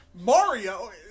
Mario